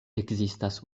ekzistas